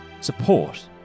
support